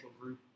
group